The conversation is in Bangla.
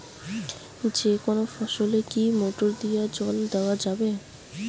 যেকোনো ফসলে কি মোটর দিয়া জল দেওয়া যাবে?